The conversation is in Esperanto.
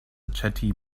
aĉeti